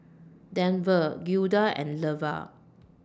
Denver Gilda and Leva